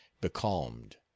becalmed